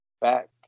back